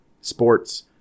sports